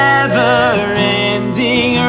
Never-ending